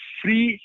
free